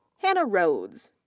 hannah rhoades,